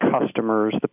customers